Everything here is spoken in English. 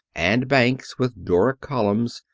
and banks with doric columns,